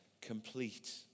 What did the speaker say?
complete